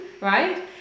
right